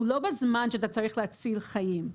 לא בזמן שצריך להציל חיים.